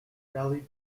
rallied